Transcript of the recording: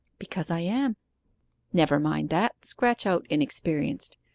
because i am never mind that scratch out inexperienced.